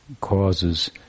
causes